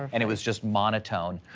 and it was just monotone,